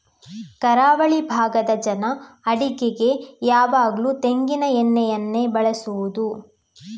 ಕರಾವಳಿ ಭಾಗದ ಜನ ಅಡಿಗೆಗೆ ಯಾವಾಗ್ಲೂ ತೆಂಗಿನ ಎಣ್ಣೆಯನ್ನೇ ಬಳಸುದು